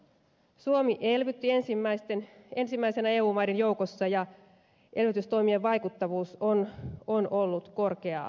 suomi elvytti ensimmäisenä eu maiden joukossa ja elvytystoimien vaikuttavuus on ollut korkeaa luokkaa